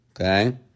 Okay